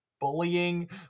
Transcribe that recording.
bullying